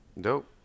dope